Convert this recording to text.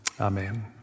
Amen